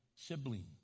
sibling